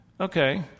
Okay